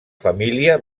família